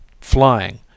flying